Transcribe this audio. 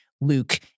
Luke